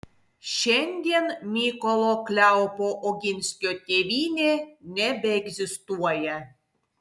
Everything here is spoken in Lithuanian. šiandien mykolo kleopo oginskio tėvynė nebeegzistuoja